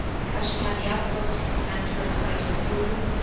because she had the utmost contempt for a titled fool.